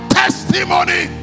testimony